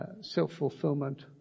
self-fulfillment